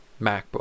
MacBook